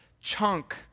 chunk